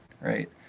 right